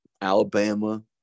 Alabama